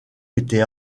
était